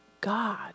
God